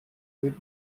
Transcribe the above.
with